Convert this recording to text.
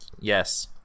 Yes